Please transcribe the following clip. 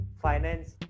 Finance